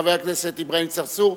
חבר הכנסת אברהים צרצור,